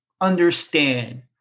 understand